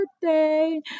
birthday